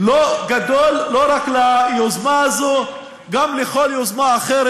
לא גדול לא רק ליוזמה הזאת אלא גם לכל יוזמה אחרת.